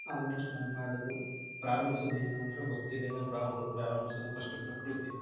almost ನಾನು ಮಾಡೋದು ಪ್ರಾರಂಭ್ಸೋದು ಏನು ಅಂದರೆ ಗೊತ್ತಿದ್ದೇನೋ ಒಂದು ಪ್ರಾರಂಭ್ಸೋದು ಫಸ್ಟು ಪ್ರಕೃತಿಯದ್ದು